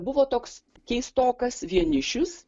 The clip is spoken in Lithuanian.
buvo toks keistokas vienišius